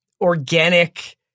organic